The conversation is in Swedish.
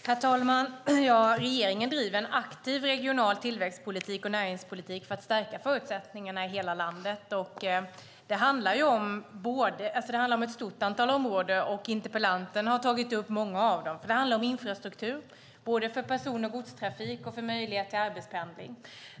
Herr talman! Regeringen driver en aktiv regional tillväxtpolitik och näringspolitik för att stärka förutsättningarna i hela landet. Det handlar om ett stort antal områden, och interpellanten har tagit upp många av dem. Det handlar om infrastruktur för både person och godstrafik och för möjlighet till arbetspendling.